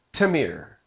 Tamir